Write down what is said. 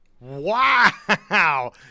Wow